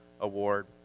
Award